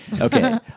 Okay